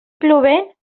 plovent